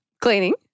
Cleaning